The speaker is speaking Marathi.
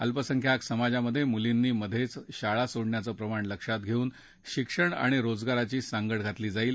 अल्पसंख्याक समाजात मुलींनी मधेच शाळा सोडण्याचं प्रमाण लक्षात धेऊन शिक्षण आणि रोजगाराची सांगड घातली जाईल